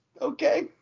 Okay